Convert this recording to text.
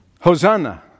Hosanna